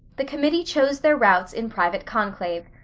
the committee chose their routes in private conclave.